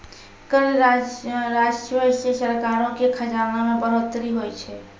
कर राजस्व से सरकारो के खजाना मे बढ़ोतरी होय छै